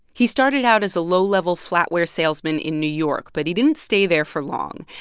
he started out as a low-level flatware salesman in new york, but he didn't stay there for long.